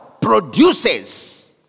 produces